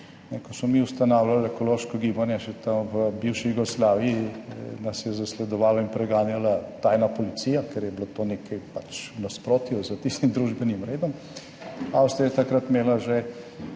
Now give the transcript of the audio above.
ko smo mi ustanavljali ekološko gibanje, še tam v bivši Jugoslaviji, nas je zasledovala in preganjala tajna policija, ker je bilo to nekaj pač v nasprotju s tistim družbenim redom. Avstrija je takrat imela že